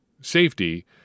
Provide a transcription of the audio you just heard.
safety